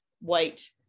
white